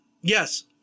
Yes